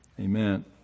amen